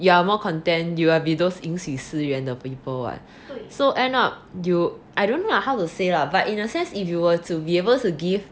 you are more content you will be those 饮水思源的 people [what] so end up you I don't know lah how to say lah but in a sense if you were to be able to give